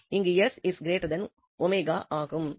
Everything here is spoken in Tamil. அங்கு sw ஆகும்